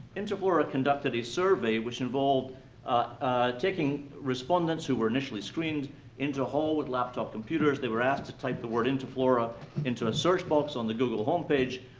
interflora conducted a survey which involved taking respondents who were initially screened into a hall with laptop computers. they were asked to type the word interflora into a search box on the google home page.